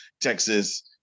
Texas